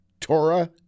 Torah